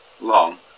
long